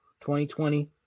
2020